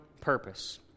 purpose